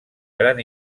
gran